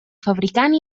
fabricant